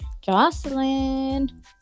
jocelyn